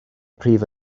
prif